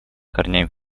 корнями